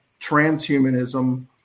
transhumanism